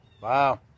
Wow